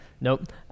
Nope